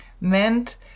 meant